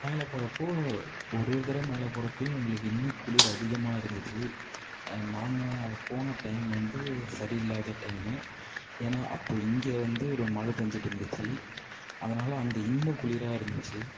மேலே போகிறப்போ ஒரு ஒரு தடவ மேலே போகிறப்பையும் எங்களுக்கு இன்னும் குளிர் அதிகமாக இருந்துச்சு நாங்கள் போன டைம் வந்து சரியில்லாத டைமு ஏனால் அப்போது இங்கே வந்து ஒரு மழை பேய்ஞ்சிட்ருந்துச்சி அதனால் அங்கே இன்னும் குளிராக இருந்துச்சு